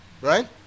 Right